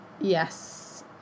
Yes